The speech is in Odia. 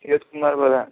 C S Kumar Pradhan